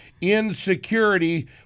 insecurity